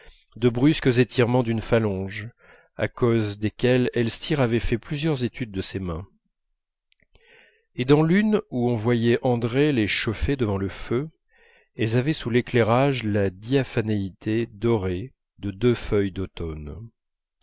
de brusques étirements d'une phalange à cause desquels elstir avait fait plusieurs études de ces mains et dans l'une où on voyait andrée les chauffer devant le feu elles avaient sous l'éclairage la diaphanéité dorée de deux feuilles d'automne